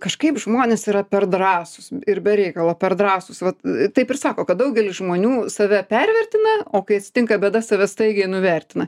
kažkaip žmonės yra per drąsūs ir be reikalo per drąsūs vat taip ir sako kad daugelis žmonių save pervertina o kai atsitinka bėda save staigiai nuvertina